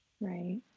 Right